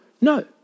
No